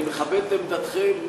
אני מכבד את עמדתכם.